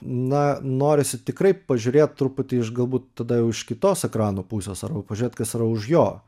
na norisi tikrai pažiūrėt truputį iš galbūt tada jau iš kitos ekrano pusės arba pažiūrėt kas yra už jo